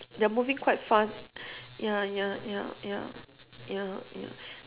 they're moving quite fast ya ya ya ya ya ya